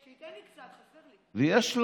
שייתן לי קצת, זה עולה,